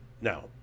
Now